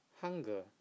Hunger